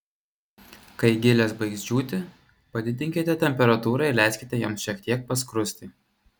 kai gilės baigs džiūti padidinkite temperatūrą ir leiskite joms šiek tiek paskrusti